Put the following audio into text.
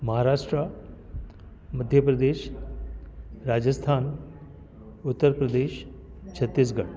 Maharashtra Madhya Pradesh Rajasthan Uttar Pradesh Chhattisgarh